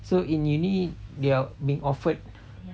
so in uni they're being offered